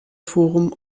forum